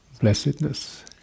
blessedness